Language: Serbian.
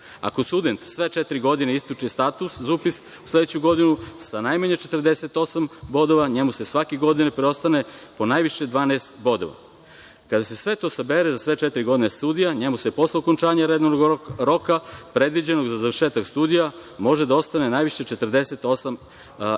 Ako studentu sve četiri godine ističe status za upis u sledeću godinu sa najmanje 48 bodova, njemu svake godine preostane po najviše 12 bodova. Kada se sve to sabere za sve četiri godine studija, njemu posle okončanja redovnog roka predviđenog za završetak studija može da ostane najviše 48 bodova.